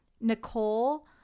Nicole